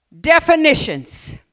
definitions